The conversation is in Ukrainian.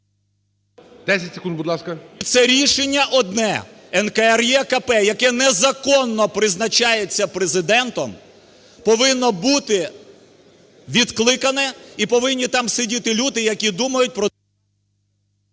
Це рішення одне. НКРЕКП, яке незаконно призначається Президентом, повинно бути відкликане, і повинні там сидіти люди, які думають про…